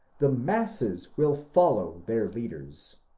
the masses will follow their leaders.